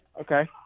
Okay